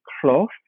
cloth